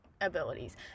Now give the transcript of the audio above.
abilities